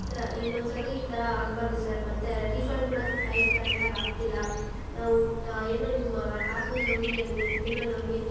ಸ ಇನ್ನೊಂದು ಸಲ ಈ ಥರ ಆಗಬಾರ್ದು ಸರ್ ಮತ್ತು ರೀಫಂಡ್ ಕೂಡ ಕ್ ಟೈಮ್ ಕರೆಕ್ಟಾಗಿ ಆಗ್ತಿಲ್ಲ ನಾವು ಟ ಏನೋ ನಿಮ್ಮ ಆ್ಯಪನ್ನ ನಂಬಿ ನಾನು ನಿಮ್ಮ ಇದನ್ನು ನಂಬಿ